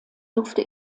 durfte